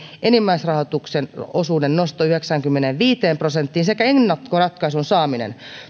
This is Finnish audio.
enimmäisrahoituksen osuuden nosto yhdeksäänkymmeneenviiteen prosenttiin sekä ennakkoratkaisun saaminen